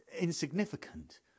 Insignificant